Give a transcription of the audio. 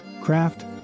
craft